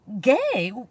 gay